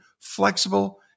flexible